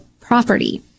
property